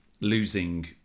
losing